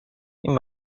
این